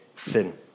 Sin